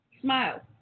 Smile